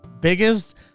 biggest